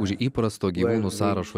už įprasto gyvūnų sąrašo